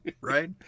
right